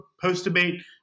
post-debate